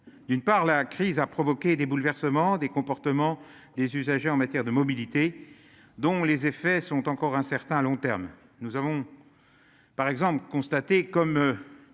d'une part, la crise a provoqué des bouleversements, des comportements des usagers en matière de mobilité dont les effets sont encore incertains à long terme, nous avons par exemple constaté, comme